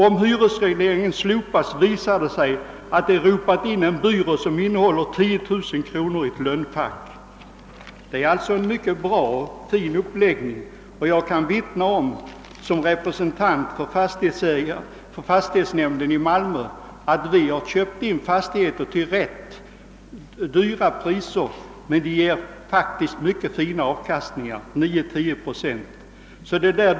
Om hyresregleringen slopas visar det sig att de ropat in en byrå som innehåller 10 000 kronor i ett lönnfack.» Det är alltså en mycket bra och fin uppläggning. Jag kan som representant för fastighetsnämnden i Malmö vittna om att vi har köpt in fastigheter för ganska höga priser, som faktiskt ger god avkastning, 9 och 10 procent.